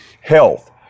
Health